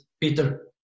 Peter